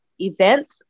events